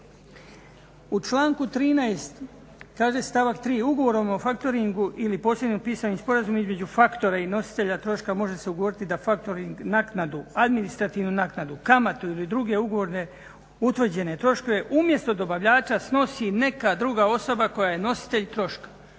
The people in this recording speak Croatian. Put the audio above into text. U članku 13. kaže stavak 3. Ugovorom o factoringu ili posljednjim pisanim sporazumom između faktora i nositelja može se ugovoriti da Factoring naknadu, administrativnu naknadu, kamatu ili druge ugovorne, utvrđene troškove umjesto dobavljača snosi neka druga osoba koja je nositelj troška,